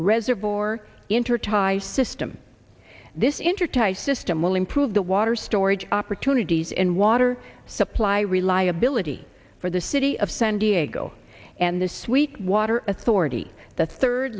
reservoir intertie system this intertie system will improve the water storage opportunities and water supply reliability for the city of san diego and the sweet water authority the third